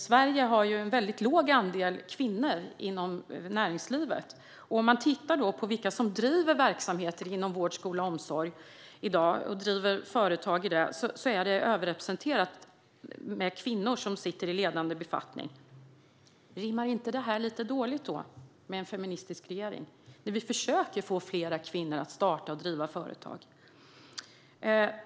Sverige har en väldigt låg andel kvinnor inom näringslivet. Om man tittar på dem som i dag driver företag inom vård, skola och omsorg ser man en överrepresentation av kvinnor i ledande befattningar. Rimmar då inte det här lite illa med en feministisk regering, när vi försöker få fler kvinnor att starta och driva företag?